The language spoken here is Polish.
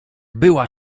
była